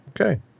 Okay